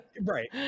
right